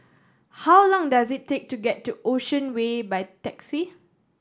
how long does it take to get to Ocean Way by taxi